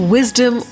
Wisdom